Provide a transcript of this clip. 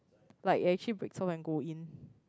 like it actually breaks off and go in